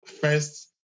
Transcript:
first